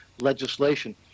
legislation